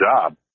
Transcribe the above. job